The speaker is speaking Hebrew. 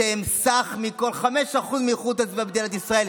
שהם סך הכול 5% מכל איכות הסביבה במדינת ישראל,